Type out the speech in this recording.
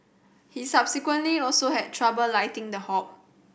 he subsequently also had trouble lighting the hob